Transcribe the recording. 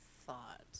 thought